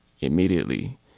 immediately